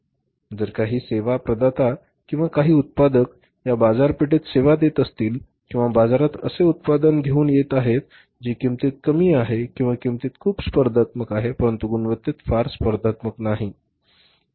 जर काही सेवा प्रदाता किंवा काही उत्पादक या बाजारपेठेत सेवा देत असतील किंवा बाजारात असे उत्पादन घेऊन येत आहेत जे किंमतीत कमी आहेत किंवा किंमतीत खूप स्पर्धात्मक आहेत परंतु गुणवत्तेत फार स्पर्धात्मक नाहीत